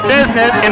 Business